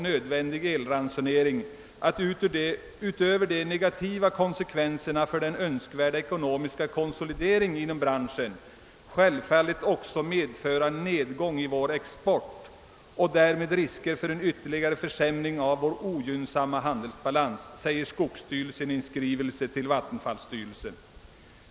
nödvändig elransonering, att utöver de negativa konsekvenserna för den önskvärda ekonomiska konsolideringen inom branschen självfallet också att medföra en nedgång i vår export och därmed risker för en ytterligare försämring av vår ogynnsamma handelsbalans, säger Skogsstyrelsen i en skrivelse ——— till Vattenfallsstyrelsen.